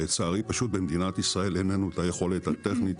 לצערי במדינת ישראל אין לנו את היכולת הטכנית